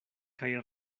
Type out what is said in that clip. kaj